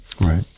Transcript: Right